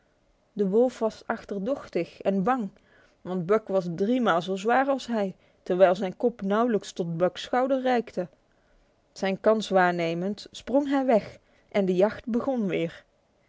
de wolf was achterdochtig en bang want buck was driemaal zo zwaar als hij terwijl zijn kop nauwelijks tot buck's schouder reikte zijn kans waarnemend sprong hij weg en de jacht begon weer